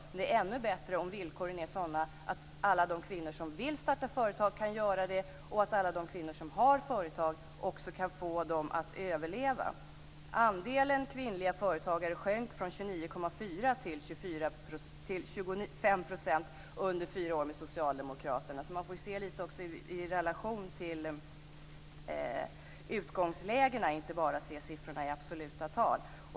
Men det är ännu bättre om villkoren är sådana att alla de kvinnor som vill starta företag kan göra det och att alla de kvinnor som har företag kan få dem att överleva. Andelen kvinnliga företagare sjönk från 29,4 % till 25 % under fyra år med socialdemokraterna. Man får också se lite i relation till utgångsläget, inte bara se siffrorna i absoluta tal.